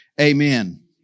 Amen